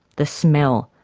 the smell,